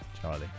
Charlie